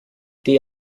die